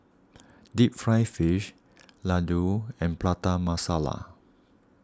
Deep Fried Fish Laddu and Prata Masala